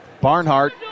Barnhart